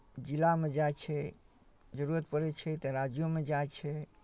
जिलामे जाइ छै जरूरत पड़ै छै तऽ राज्योमे जाइ छै